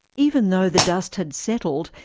even though the dust had settled,